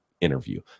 interview